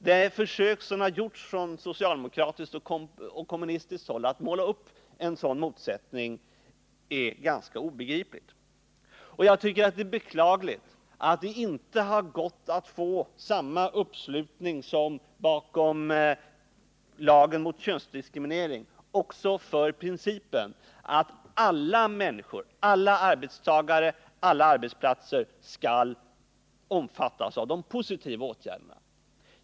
Det försök som har gjorts från socialdemokratiskt och kommunistiskt håll att måla upp en sådan motsättning är ganska obegripligt, och jag tycker att det är beklagligt att det inte har gått att få samma uppslutning som bakom lagen mot könsdiskriminering också för principen att alla människor, alla arbetstagare och alla arbetsplatser skall omfattas av de positiva åtgärderna.